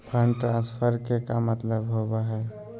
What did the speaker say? Fund transfer के का मतलब होव हई?